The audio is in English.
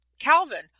Calvin